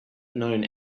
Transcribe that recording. known